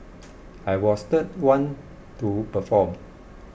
I was the one to perform